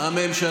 שאלה